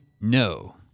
No